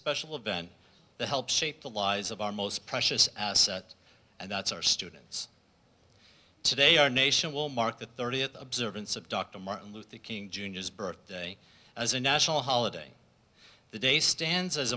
special event that helped shape the lives of our most precious asset and that's our students today our nation will mark the thirtieth observance of dr martin luther king jr's birthday as a national holiday the day stands as